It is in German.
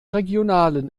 regionalen